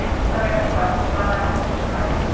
so have any questions about that notation last?